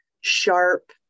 sharp